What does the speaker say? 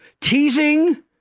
teasing